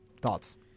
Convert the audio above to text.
Thoughts